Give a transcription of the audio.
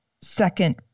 second